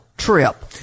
trip